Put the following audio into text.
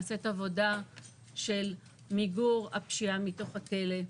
נעשית עבודה של מיגור הפשיעה מתוך הכליאה,